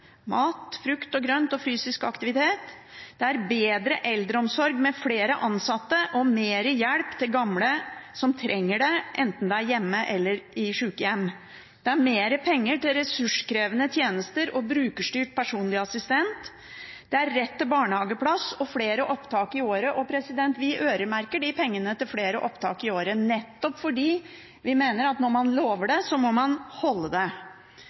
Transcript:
mat, frukt og grønt og fysisk aktivitet. Det er bedre eldreomsorg med flere ansatte og mer hjelp til gamle som trenger det, enten det er hjemme eller i sykehjem. Det er mer penger til ressurskrevende tjenester og brukerstyrt personlig assistent. Det er rett til barnehageplass og flere opptak i året. Vi øremerker pengene til flere opptak i året nettopp fordi vi mener at når man lover det, må man holde det.